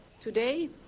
Today